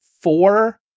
four